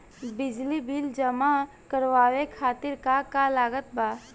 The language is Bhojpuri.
बिजली बिल जमा करावे खातिर का का लागत बा?